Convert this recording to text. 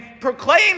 proclaim